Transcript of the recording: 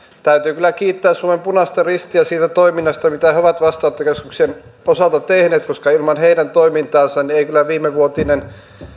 täytyy kyllä kiittää suomen punaista ristiä siitä toiminnasta mitä he ovat vastaanottokeskusten osalta tehneet koska ilman heidän toimintaansa ei kyllä viimevuotisesta